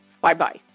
Bye-bye